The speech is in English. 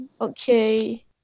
Okay